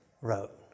wrote